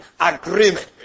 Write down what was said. agreement